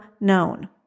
known